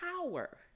power